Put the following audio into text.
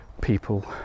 people